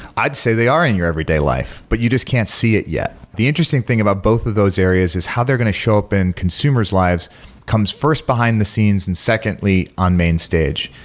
i'd say they are in your everyday life, but you just can't see it yet. the interesting thing about both of those areas is how they're going to show up in consumer's lives comes first behind the scenes and secondly on main stage,